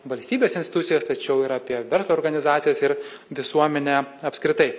valstybės institucijas tačiau ir apie verslo organizacijos ir visuomenę apskritai